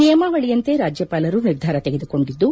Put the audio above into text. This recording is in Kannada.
ನಿಯಮಾವಳಿಯಂತೆ ರಾಜ್ಜಪಾಲರು ನಿರ್ಧಾರ ತೆಗೆದುಕೊಂಡಿದ್ದು